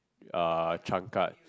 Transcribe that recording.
uh Changkat